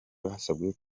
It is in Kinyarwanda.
basabwe